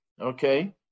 okay